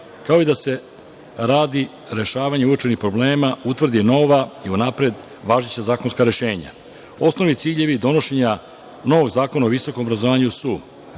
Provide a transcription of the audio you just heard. kao i da se radi rešavanja uočenih problema utvrdi nova i unapred važeća zakonska rešenja. Osnovni ciljevi donošenja novog zakona o visokom obrazovanju su